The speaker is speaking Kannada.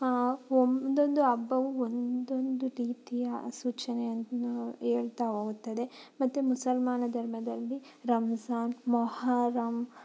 ಒಂದೊಂದು ಹಬ್ಬವು ಒಂದೊಂದು ರೀತಿಯ ಸೂಚನೆಯನ್ನು ಹೇಳ್ತಾ ಹೋಗುತ್ತದೆ ಮತ್ತು ಮುಸಲ್ಮಾನ ಧರ್ಮದಲ್ಲಿ ರಂಜಾನ್ ಮೊಹರಂ